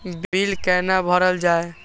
Bill कैना भरल जाय?